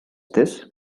this